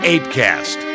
Apecast